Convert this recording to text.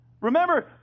Remember